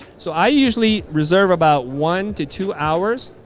so i usually reserve about one to two hours.